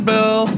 Bill